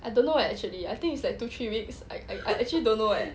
I don't know eh actually I think it's like two three weeks I actually don't know eh